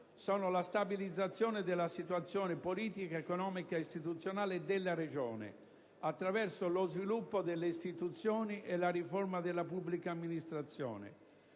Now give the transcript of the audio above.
sono la stabilizzazione della situazione politica, economica e istituzionale della regione attraverso lo sviluppo delle istituzioni e la riforma della pubblica amministrazione;